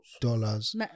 dollars